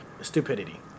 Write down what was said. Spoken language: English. stupidity